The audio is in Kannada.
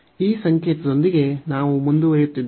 ಈ ಸಂಕೇತದೊಂದಿಗೆ ನಾವು ಈಗ ಮುಂದುವರಿಯುತ್ತೇವೆ